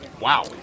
Wow